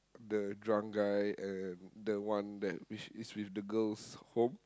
the drunk guy and the one that which is with the girls home